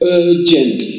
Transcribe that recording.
urgent